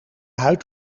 huid